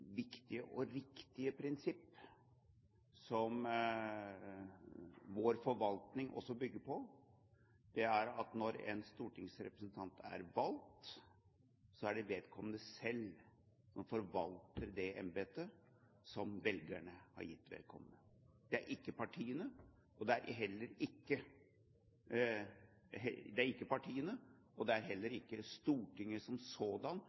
viktige og riktige prinsipp som vår forvaltning også bygger på, at når en stortingsrepresentant er valgt, er det vedkommende selv som forvalter det embete som velgerne har gitt vedkommende. Det er ikke partiene. Heller ikke Stortinget som sådant kan overprøve den enkelte representants rettigheter og integritet. For ikke å overdrive går det an å si at det forslaget som